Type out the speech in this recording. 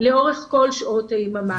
לאורך כל שעות היממה.